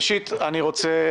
ראשית, אני רוצה